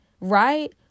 right